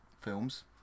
films